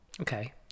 Okay